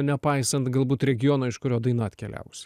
nepaisant galbūt regiono iš kurio daina atkeliavus